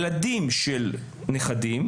ילדים של נכדים,